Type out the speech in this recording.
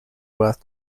worth